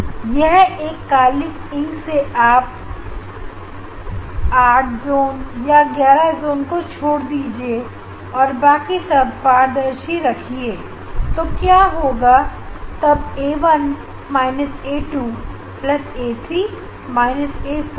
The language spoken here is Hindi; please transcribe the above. अब एक काली इंक से आप even जोन या odd जोन को जोड़ दीजिए और बाकी सब पारदर्शी रखिए तो क्या होगा तब a1 A2 plus A3 A4